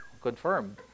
confirmed